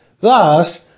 Thus